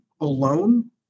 alone